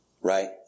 right